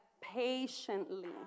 patiently